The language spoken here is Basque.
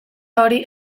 hori